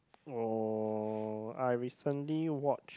or I recently watch